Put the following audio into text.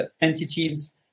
entities